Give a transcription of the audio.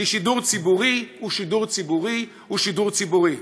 כי שידור ציבורי הוא שידור ציבורי הוא שידור ציבורי.